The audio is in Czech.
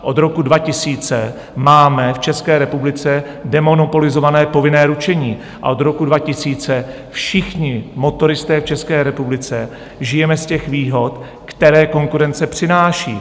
Od roku 2000 máme v České republice demonopolizované povinné ručení a od roku 2000 všichni motoristé v České republice žijeme z výhod, které konkurence přináší.